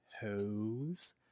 hose